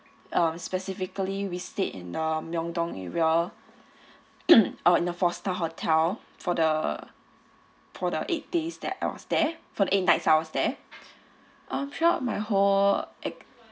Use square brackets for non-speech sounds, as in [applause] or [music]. uh specifically we stayed in the myung dong area [coughs] ah in a four star hotel for the for the eight days that I was there for the eight nights I was there uh through out my whole eight